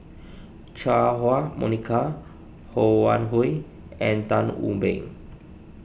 Chua Huwa Monica Ho Wan Hui and Tan Wu Meng